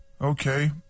Okay